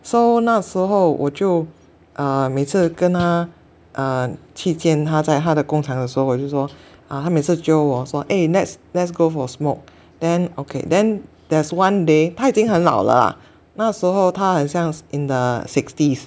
so 那时候我就啊每次跟他啊去见他在他的工厂的时候我就说啊他每次 jio 我说 eh let's let's go for smoke then okay then there's one day 他已经很老了啊那时候他很像 in the sixties